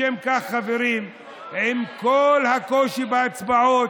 לשם כך, עם כל הקושי בהצבעות,